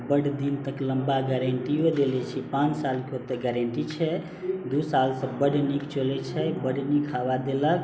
बड़ दिन तक लम्बा गारंटियो देले छै पाँच सालके तऽ गारंटी छै दू सालसँ बड़ नीक चलै छै बड्ड नीक हवा देलक